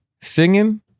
singing